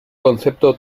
concepto